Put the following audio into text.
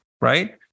Right